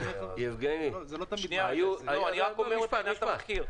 זה לא אמור להיות לכל החיים.